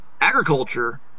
agriculture